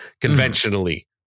Conventionally